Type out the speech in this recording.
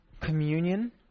communion